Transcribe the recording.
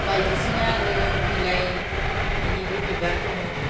बायदिसिना आरो बिलाइ बेनिबो बिबार दङ